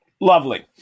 Lovely